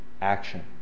action